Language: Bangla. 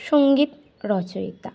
সঙ্গীত রচয়িতা